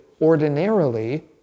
ordinarily